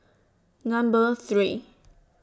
Number three